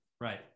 Right